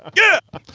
yeah.